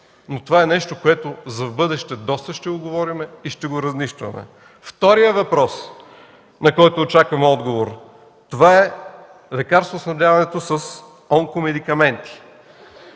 Това е нещо, за което в бъдеще доста ще говорим и ще го разнищваме. Вторият въпрос, на който очакваме отговор: лекарствоснабдяването с онкомедикаменти.